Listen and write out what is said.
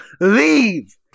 leave